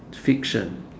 fiction